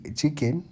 chicken